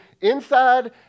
inside